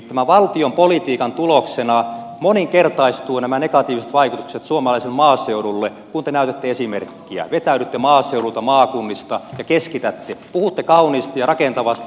tämän valtionpolitiikan tuloksena moninkertaistuvat nämä negatiiviset vaikutukset suomalaiselle maaseudulle kun te näytätte esimerkkiä vetäydytte maaseudulta maakunnista ja keskitätte puhutte kauniisti ja rakentavasti